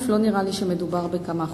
לא נראה לי שמדובר בכמה חודשים.